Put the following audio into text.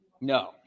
No